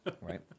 right